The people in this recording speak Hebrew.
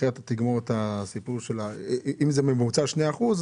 אם זה בממוצע 2 אחוזים,